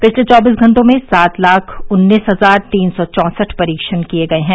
पिछले चौबीस घंटों में सात लाख उन्नीस हजार तीन सौ चौसठ परीक्षण किए गए हैं